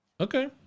Okay